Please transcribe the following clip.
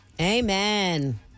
Amen